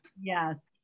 Yes